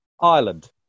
Ireland